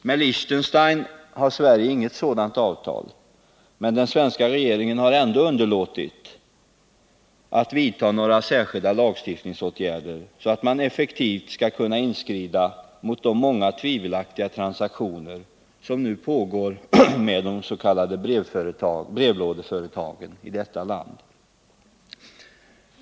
Med Liechtenstein har Sverige inget sådant avtal, men den svenska regeringen har ändå underlåtit att vidta några särskilda lagstiftningsåtgärder för att man effektivt skall kunna inskrida mot de många tvivelaktiga transaktioner som nu pågår med de s.k. brevlådeföretagen i detta land.